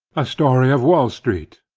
a story of wall-street.